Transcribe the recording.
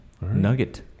nugget